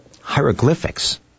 Hieroglyphics